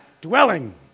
dwelling